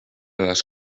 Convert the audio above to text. les